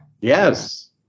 Yes